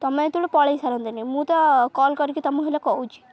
ତମେ ହେତେବେଳେ ପଳେଇ ସାରନ୍ତଣି ମୁଁ ତ କଲ୍ କରିକି ତମକୁ ହେଲେ କହୁଛି